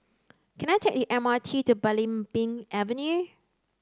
can I take the M R T to Belimbing Avenue